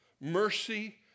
Mercy